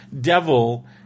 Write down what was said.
devil